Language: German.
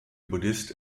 buddhist